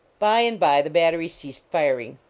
by and by the battery ceased firing.